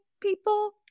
people